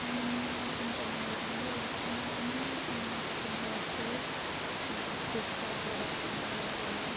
online shopping त मलाई राम्रै लाग्छ म पनि अनलाइन सपिङ गर्छु फ्लिपकार्टबाट एमाजोनबाट